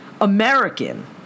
American